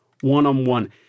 one-on-one